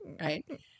right